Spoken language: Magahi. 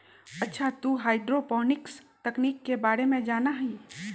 अच्छा तू हाईड्रोपोनिक्स तकनीक के बारे में जाना हीं?